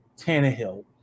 Tannehill